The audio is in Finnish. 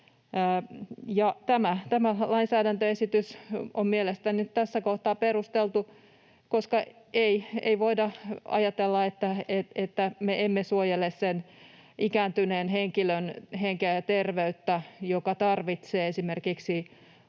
Tämä lainsäädäntöesitys on mielestäni tässä kohtaa perusteltu, koska ei voida ajatella, että me emme suojele sen ikääntyneen henkilön henkeä ja terveyttä, joka tarvitsee esimerkiksi